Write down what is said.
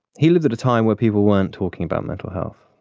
he lived at a time where people weren't talking about mental health.